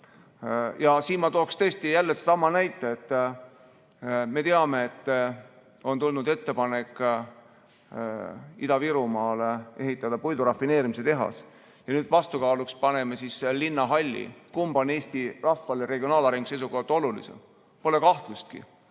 Ja siin ma tooksin tõesti jälle sellesama näite. Me teame, et on tulnud ettepanek Ida-Virumaale ehitada puidu rafineerimise tehas. Paneme nüüd vastukaaluks sellele Linnahalli. Kumb on Eesti rahvale regionaalarengu seisukohalt olulisem? Pole kahtlustki,